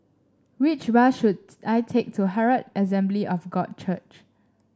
which bus should I take to Herald Assembly of God Church